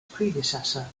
predecessor